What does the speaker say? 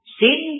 sin